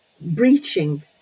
breaching